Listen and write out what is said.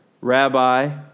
Rabbi